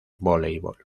voleibol